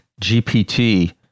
gpt